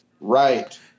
right